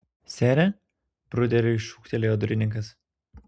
sere bruderiui šūktelėjo durininkas